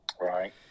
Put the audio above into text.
Right